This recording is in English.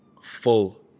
full